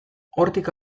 hortik